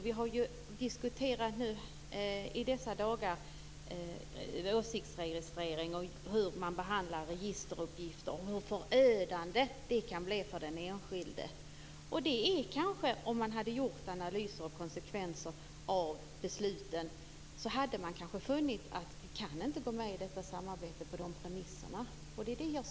Vi har i dessa dagar diskuterat åsiktsregistrering, hur man behandlar registeruppgifter och hur förödande det kan bli för den enskilde. Om man hade gjort konsekvensanalyser av besluten hade man kanske funnit att vi inte kan gå med på det samarbetet med dessa premisser. Det är det jag saknar.